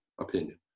opinion